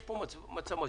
יש פה מצב משברי.